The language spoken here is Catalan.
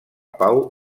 pau